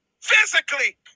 physically